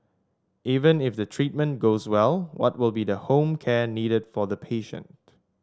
even if the treatment goes well what will be the home care needed for the patient